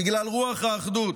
בגלל רוח האחדות,